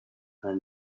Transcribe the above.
her